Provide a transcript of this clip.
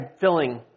filling